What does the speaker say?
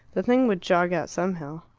the thing would jog out somehow.